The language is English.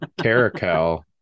caracal